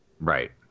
right